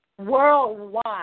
worldwide